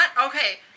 Okay